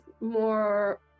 more